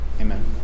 Amen